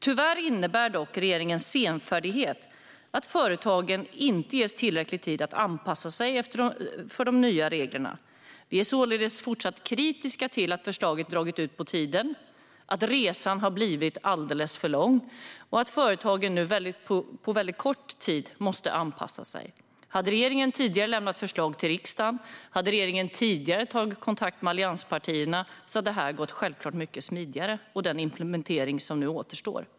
Tyvärr innebär dock regeringens senfärdighet att företagen inte ges tillräcklig tid att anpassa sig till de nya reglerna. Vi är således fortsatt kritiska till att förslaget dragit ut på tiden, att resan har blivit alldeles för lång och att företagen nu på väldigt kort tid måste anpassa sig. Om regeringen tidigare hade lämnat förslag till riksdagen och om regeringen tidigare hade tagit kontakt med allianspartierna skulle detta självklart gått mycket smidigare. Det gäller också den implementering som nu återstår.